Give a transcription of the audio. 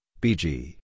B-G